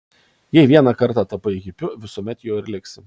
jei vieną kartą tapai hipiu visuomet juo ir liksi